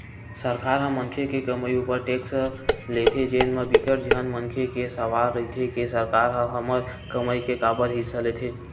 सरकार ह मनखे के कमई उपर टेक्स लेथे जेन म बिकट झन मनखे के सवाल रहिथे के सरकार ह हमर कमई के काबर हिस्सा लेथे